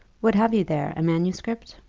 what have you there a manuscript?